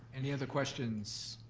any other questions?